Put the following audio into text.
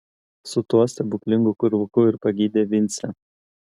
su tuo stebuklingu kirvuku ir pagydė vincę